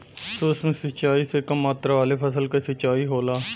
सूक्ष्म सिंचाई से कम मात्रा वाले फसल क सिंचाई होला